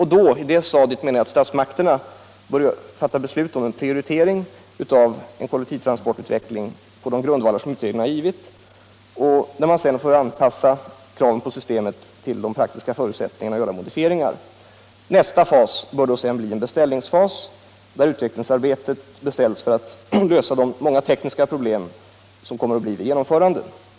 På det stadiet bör, menar jag, statsmakterna fatta beslut om en prioritering av en kollektivtransportutveckling på de grundvalar som utredningen angivit; man får sedan anpassa kraven på systemet till de praktiska förutsättningarna och göra modifieringar. Nästa fas bör sedan bli en beställningsfas, där man beställer utvecklingsarbetet för att lösa de många tekniska problem som kommer att bli aktuella vid genomförandet.